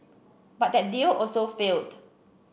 but that deal also failed